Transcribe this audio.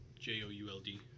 J-O-U-L-D